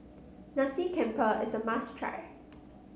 Nasi Campur is a must try